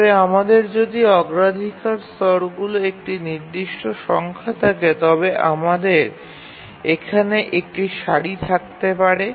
তবে আমাদের যদি অগ্রাধিকার স্তরগুলির একটি নির্দিষ্ট সংখ্যা থাকে তবে আমাদের এখানে একটি সারি থাকতে পারে